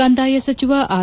ಕಂದಾಯ ಸಚಿವ ಆರ್